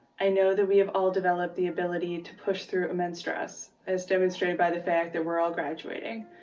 i know that we have all developed the ability to push through immense stress as demonstrated by the fact that we're all graduating.